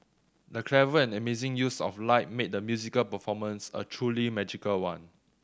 the clever and amazing use of light made the musical performance a truly magical one